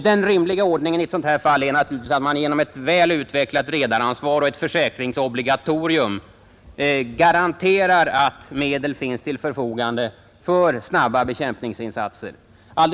Den rimliga ordningen i ett sådant här fall är naturligtvis att man genom ett väl utvecklat redaransvar och ett försäkringsobligatorium garanterar att medel finns till förfogande för snabba bekämpningsinsatser.